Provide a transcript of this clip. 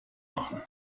machen